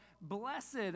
Blessed